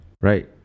Right